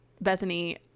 bethany